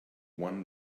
one